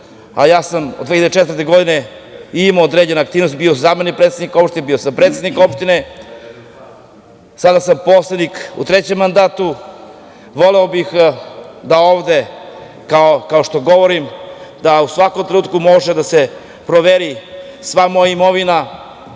a ja sam od 2004. godine imao određene aktivnosti i bio sam zamenik predsednika opštine, bio sam predsednik opštine, sada sam poslanik u trećem mandatu. Voleo bih da u svakom trenutku može da se proveri sva moja imovina,